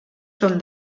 són